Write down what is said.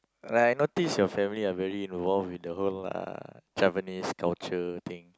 like I noticed your family are very involved in the whole ah Javanese culture thing